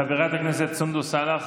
חברת הכנסת סונדוס סאלח,